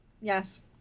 Yes